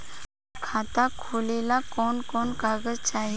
खाता खोलेला कवन कवन कागज चाहीं?